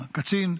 הוא קצין,